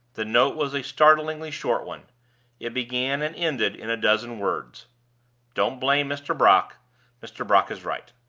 the note was a startlingly short one it began and ended in a dozen words don't blame mr. brock mr. brock is right.